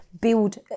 build